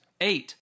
eight